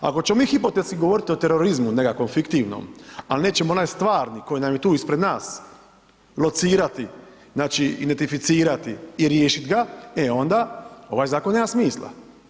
Ako ćemo mi hipotetski govoriti o terorizmu nekakvom fiktivnom ali nećemo onaj stvarni koji nam je tu ispred nas locirati, znači identificirati i riješiti ga, e onda ovaj zakon nema smisla.